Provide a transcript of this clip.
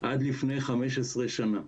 עד לפני 15 שנה,